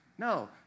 No